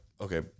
okay